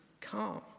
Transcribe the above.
calm